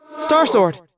Starsword